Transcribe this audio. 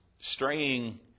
Straying